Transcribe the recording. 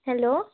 hello